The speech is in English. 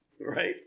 Right